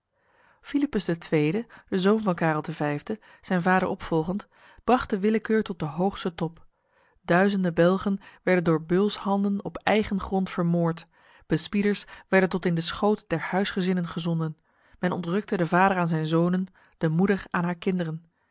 philippus ii de zoon van karel v zijn vader opvolgend bracht de willekeur tot de hoogste top duizenden belgen werden door beulshanden op eigen grond vermoord bespieders werden tot in de schoot der huisgezinnen gezonden men ontrukte de vader aan zijn zonen de moeder aan haar kinderen